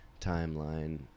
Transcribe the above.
timeline